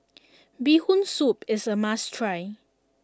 Bee Hoon Soup is a must try